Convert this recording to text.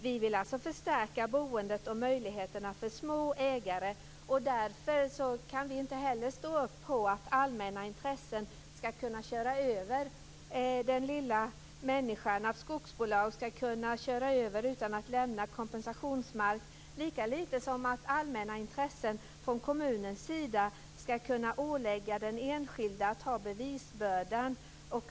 Vi vill alltså förstärka möjligheterna till boende och möjligheterna för småägare, och därför kan vi inte heller ställa upp på att allmänna intressen skall kunna köra över den lilla människan och att skogsbolag skall kunna köra över någon utan att lämna kompensationsmark, lika lite som att allmänna intressen från kommunens sida skall kunna ålägga den enskilde att ha bevisbördan.